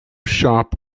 shop